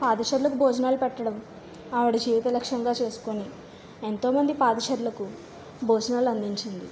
పాదచారులకు భోజనాలు పెట్టడం ఆవిడ చేతి లక్ష్యంగా చేసుకొని ఎంతోమంది పాదచారులకు భోజనాలు అందించింది